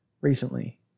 recently